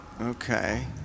Okay